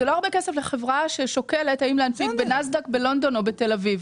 זה לא הרבה כסף לחברה ששוקלת האם להנפיק בנדס"ק בלונדון או בתל אביב.